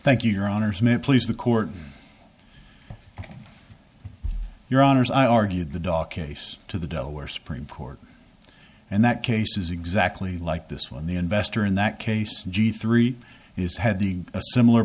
thank you your honor smith please the court your honors i argued the dock ace to the delaware supreme court and that case is exactly like this one the investor in that case g three is had a similar